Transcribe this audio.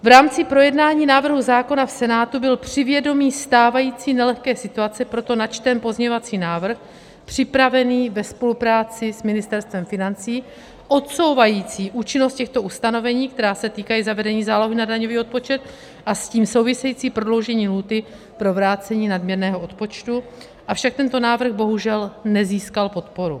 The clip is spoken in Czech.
V rámci projednání návrhu zákona v Senátu byl při vědomí stávající nelehké situace proto načten pozměňovací návrh připravený ve spolupráci s Ministerstvem financí odsouvající účinnost těchto ustanovení, která se týkají zavedení zálohy na daňový odpočet, a s tím související prodloužení lhůty pro vrácení nadměrného odpočtu, avšak tento návrh bohužel nezískal podporu.